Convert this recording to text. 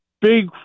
big